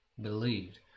believed